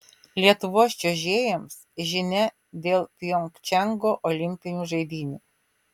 lietuvos čiuožėjams žinia dėl pjongčango olimpinių žaidynių